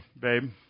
babe